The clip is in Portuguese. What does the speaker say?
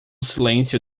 silêncio